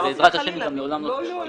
ובעזרת השם גם לעולם לא תיכשל.